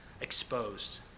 exposed